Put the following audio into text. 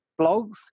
blogs